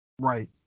Right